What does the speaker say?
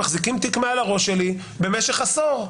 מחזיקים תיק מעל הראש שלי במשך עשור,